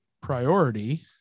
priority